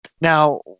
now